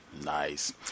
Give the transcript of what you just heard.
nice